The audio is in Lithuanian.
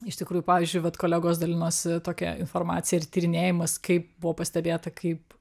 iš tikrųjų pavyzdžiui vat kolegos dalinosi tokia informacija ir tyrinėjimas kaip buvo pastebėta kaip